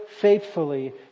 faithfully